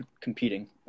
competing